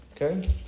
Okay